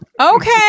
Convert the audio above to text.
Okay